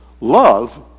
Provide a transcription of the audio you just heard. love